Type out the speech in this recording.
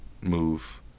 move